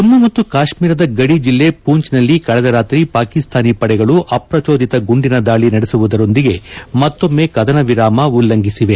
ಜಮ್ಮು ಮತ್ತು ಕಾಶ್ಮೀರದ ಗದಿ ಜಿಲ್ಲೆ ಪೂಂಛ್ನಲ್ಲಿ ಕಳೆದ ರಾತ್ರಿ ಪಾಕಿಸ್ತಾನಿ ಪಡೆಗಳು ಅಪ್ರಚೋದಿತ ಗುಂಡಿನ ದಾಳಿ ನಡೆಸುವುದರೊಂದಿಗೆ ಮತ್ತೊಮ್ಮೆ ಕದನ ವಿರಾಮ ಉಲ್ಲಂಘಿಸಿದೆ